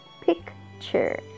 Picture